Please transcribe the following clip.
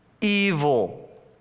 evil